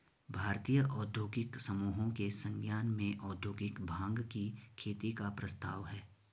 भारतीय औद्योगिक समूहों के संज्ञान में औद्योगिक भाँग की खेती का प्रस्ताव है